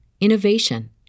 innovation